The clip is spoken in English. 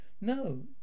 No